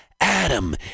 Adam